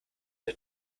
der